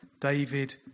David